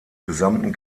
gesamten